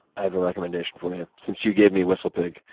i have a recommendation for you. since you gave me whistlepig.